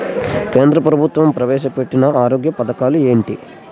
కేంద్ర ప్రభుత్వం ప్రవేశ పెట్టిన ఆరోగ్య పథకాలు ఎంటి?